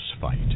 fight